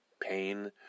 pain